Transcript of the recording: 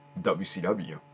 wcw